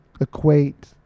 equate